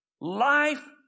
Life